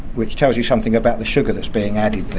which tells you something about the sugar that's being added there.